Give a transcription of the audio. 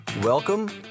Welcome